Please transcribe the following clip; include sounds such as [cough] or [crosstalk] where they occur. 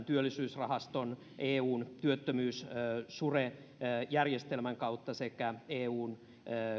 [unintelligible] työllisyysrahaston eun sure työttömyysjärjestelmän kautta sekä eun